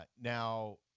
now